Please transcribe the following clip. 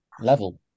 level